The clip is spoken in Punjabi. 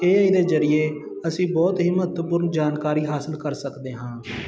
ਇਹ ਇਹਦੇ ਜਰੀਏ ਅਸੀਂ ਬਹੁਤ ਮਹੱਤਵਪੂਰਨ ਜਾਣਕਾਰੀ ਹਾਸਿਲ ਕਰ ਸਕਦੇ ਹਾਂ